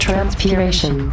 Transpiration